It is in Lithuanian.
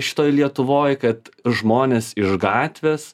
šitoj lietuvoj kad žmonės iš gatvės